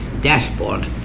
dashboard